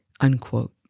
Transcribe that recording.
unquote